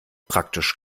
praktisch